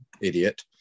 idiot